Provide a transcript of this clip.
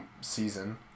season